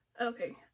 Okay